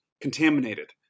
contaminated